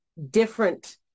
different